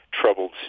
troubled